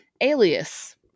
Alias